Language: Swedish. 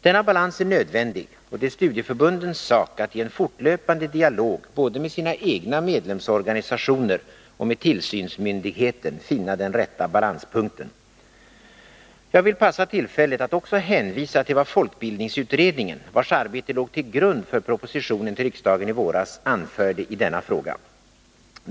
Denna balans är nödvändig, och det är studieförbundens sak att i en fortlöpande dialog både med sina egna medlemsorganisationer och med tillsynsmyndigheten finna den rätta balanspunkten. Jag vill passa tillfället att också hänvisa till vad folkbildningsutredningen, vars arbete låg till grund för propositionen till riksdagen i våras, anförde i denna fråga.